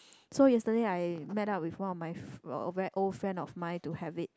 so yesterday I met up with one of my uh very old friend of mine to have it